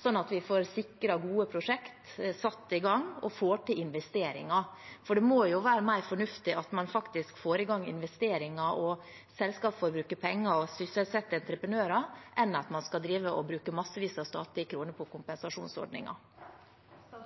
sånn at vi får sikret gode prosjekter, satt i gang og får til investeringer. For det må jo være mer fornuftig at man faktisk får i gang investeringer, og at selskaper får bruke penger og sysselsetter entreprenører, enn at man skal drive og bruke massevis av statlige kroner på kompensasjonsordninger.